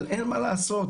אבל אין מה לעשות,